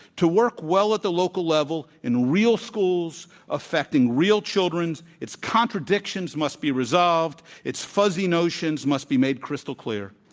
to work well at the local level in real schools affecting real children, its contradictions must be resolved, its fuzzy notions must be made crystal clear.